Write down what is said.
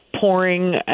pouring